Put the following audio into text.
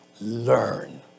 learn